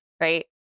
right